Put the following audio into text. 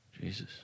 Jesus